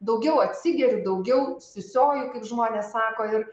daugiau atsigeriu daugiau siusioju kaip žmonės sako ir